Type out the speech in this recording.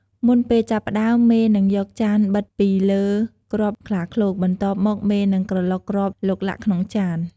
មុនពេលចាប់ផ្តើម មេនឹងយកចានបិទពីលើគ្រាប់ខ្លាឃ្លោក បន្ទាប់មកមេនឹងក្រឡុកគ្រាប់ឡុកឡាក់ក្នុងចាន។